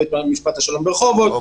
בית משפט השלום ברחובות,